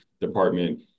department